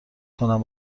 کنم